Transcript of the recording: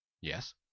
Yes